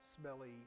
smelly